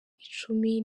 icumi